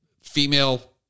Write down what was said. female